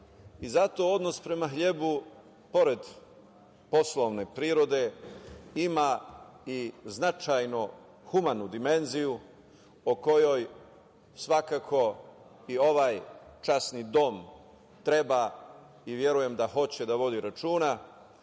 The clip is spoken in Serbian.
i zato odnos prema hlebu pored poslovne prirode ima i značajno humanu dimenziju o kojoj svakako i ovaj časni dom treba i verujem da hoće da vodi računa,